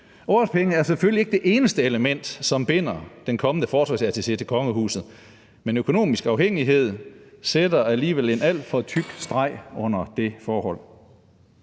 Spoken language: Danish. Årpenge er selvfølgelig ikke det eneste element, som binder den kommende farsvarsattaché til kongehuset, men økonomisk afhængighed sætter alligevel en alt for tyk streg under det forhold.